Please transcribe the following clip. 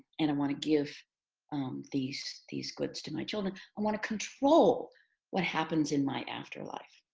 and i want to give these these goods to my children. i want to control what happens in my afterlife.